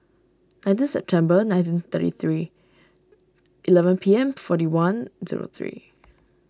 nineteen September nineteen thirty three eleven P M forty one zero three